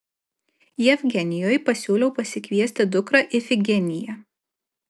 jevgenijui pasiūliau pasikviesti dukrą ifigeniją